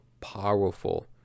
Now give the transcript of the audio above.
powerful